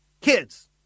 kids